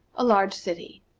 a large city.